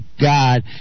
God